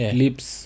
lips